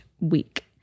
week